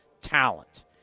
talent